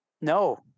no